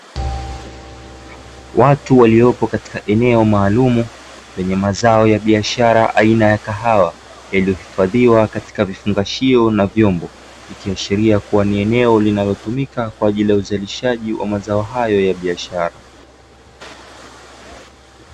Watu waliopo katika eneo maalum lenye mazao ya biashara aina ya kahawa, yaliyohifadhiwa katika vifungashio na vyombo, ikiashiria kuwa ni eneo linalotumika kwa ajili ya uzalishaji wa mazao hayo ya biashara.